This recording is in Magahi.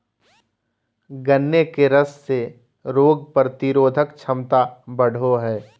गन्ने के रस से रोग प्रतिरोधक क्षमता बढ़ो हइ